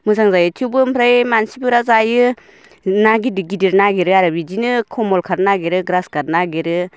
मोजां जायो थेवबो ओमफ्राय मानसिफोरा जायो ना गिदिर गिदिर नागिरो आरो बिदिनो कमल काट नागिरो ग्रास काट नागिरो